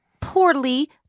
poorly